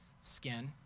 skin